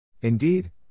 Indeed